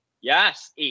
Yes